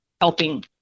helping